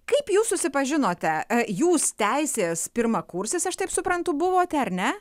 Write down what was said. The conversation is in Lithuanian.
kaip jūs susipažinote jūs teisės pirmakursis aš taip suprantu buvote ar ne